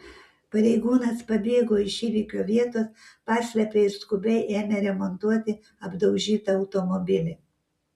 pareigūnas pabėgo iš įvykio vietos paslėpė ir skubiai ėmė remontuoti apdaužytą automobilį